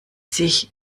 sich